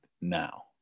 now